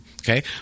Okay